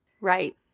Right